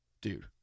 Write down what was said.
dude